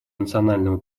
национального